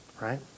right